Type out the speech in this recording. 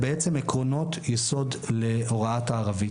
הוא עקרונות יסוד להוראת הערבית.